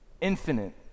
infinite